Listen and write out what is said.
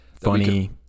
Funny